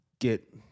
get